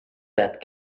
that